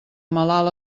malalt